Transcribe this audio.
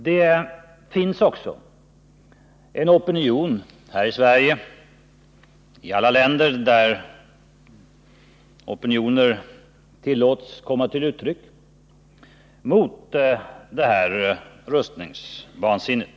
Det finns också en opinion här i Sverige, liksom i alla andra länder där opinioner tillåts komma till uttryck, mot det här rustningsvansinnet.